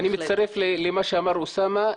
אני מצטרף למה שאמר אוסאמה.